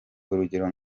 urugero